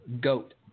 goat